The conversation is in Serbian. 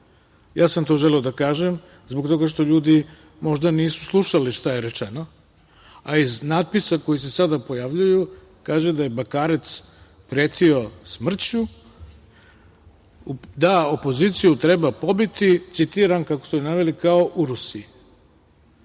sam želeo da kažem zbog toga što ljudi možda nisu slušali šta je rečeno, a iz natpisa koji se sada pojavljuju, kažu da je Bakarec pretio smrću, da opoziciju treba pobiti, citiram, kako su naveli, kao u Rusiji. Znači,